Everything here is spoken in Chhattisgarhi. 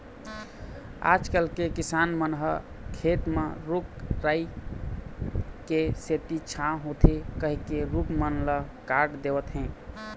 आजकल के किसान मन ह खेत म रूख राई के सेती छांव होथे कहिके रूख मन ल काट देवत हें